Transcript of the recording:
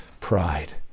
Pride